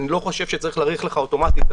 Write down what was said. אני לא חושב שצריך להאריך לך אוטומטית,